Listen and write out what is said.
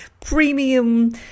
premium